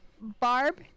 barb